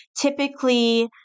typically